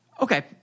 Okay